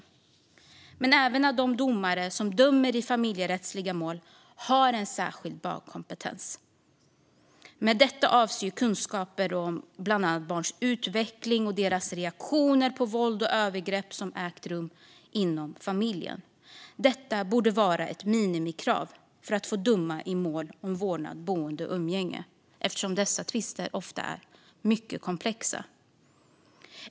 Men det är även viktigt att de domare som dömer i familjerättsliga mål har en särskild barnkompetens. Med detta avses kunskaper om bland annat barns utveckling och barns reaktioner på våld och övergrepp som ägt rum inom familjen. Detta borde vara ett minimikrav för att få döma i mål om vårdnad, boende och umgänge eftersom dessa tvister ofta är mycket komplexa.